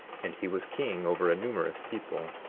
and he was king over a numerous people.